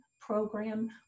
program